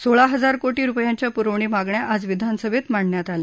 सोळा हजार कोटी रुपयांच्या पुरवणी मागण्या आज विधानसभेत मांडण्यात आल्या